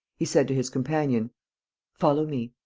he said to his companion follow me.